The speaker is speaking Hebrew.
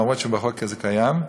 למרות שבחוק זה קיים,